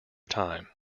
time